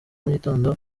mugitondo